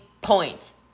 points